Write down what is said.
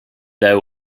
though